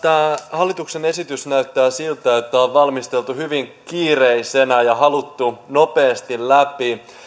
hallituksen esitys näyttää siltä että tämä on valmisteltu hyvin kiireisenä ja haluttu nopeasti läpi